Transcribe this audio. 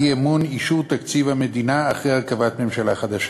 אי-אמון ואישור תקציב המדינה אחרי הרכבת ממשלה חדשה.